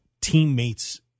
teammates